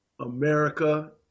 America